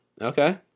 Okay